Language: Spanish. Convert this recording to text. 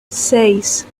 seis